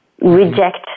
reject